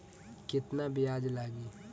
केतना ब्याज लागी?